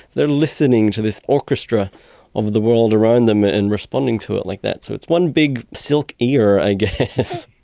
they are listening to this orchestra of the world around them and responding to it like that. so it's one big silk ear i guess.